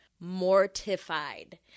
mortified